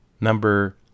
Number